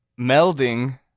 melding